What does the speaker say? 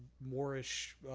Moorish